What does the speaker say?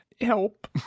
Help